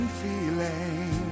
feeling